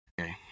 Okay